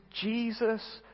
Jesus